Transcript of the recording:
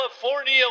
California